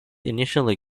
initially